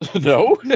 No